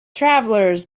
travelers